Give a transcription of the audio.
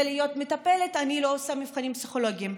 להיות מטפלת אני לא עושה מבחנים פסיכולוגיים.